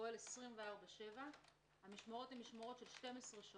פועל 24/7. המשמרות הן משמרות של 12 שעות.